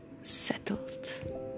settled